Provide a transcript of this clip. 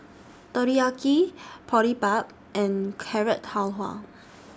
Teriyaki Boribap and Carrot Halwa